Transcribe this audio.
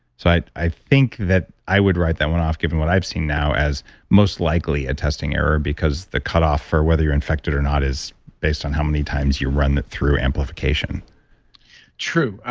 so, i i think that i would write that one off given what i've seen now as most likely a testing error because the cutoff for whether you're infected or not is based on how many times you run through amplification true.